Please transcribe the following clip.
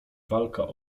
walka